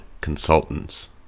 consultants